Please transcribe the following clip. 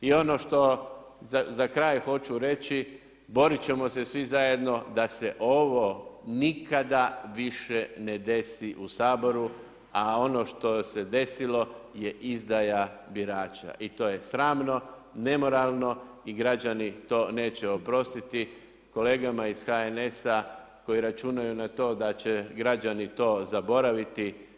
I ono što za kraj hoću reći, borit ćemo se svi zajedno da se ovo nikada više ne desi u Saboru, a ono što se desilo je izdaja birača i to je sramno, nemoralno i građani to neće oprostiti kolegama iz HNS-a koji računaju na to daće građani to zaboraviti.